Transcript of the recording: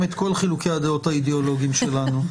את כל חילוקי הדעות האידיאולוגיים שלנו.